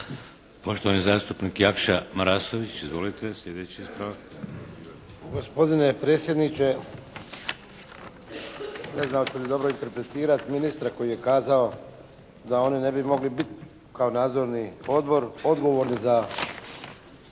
Poštovani zastupnik Jakša Marasović. Izvolite slijedeći ispravak.